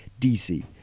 DC